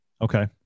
Okay